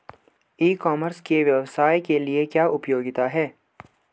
ई commerce के व्यवसाय के लिए क्या उपयोगिता है?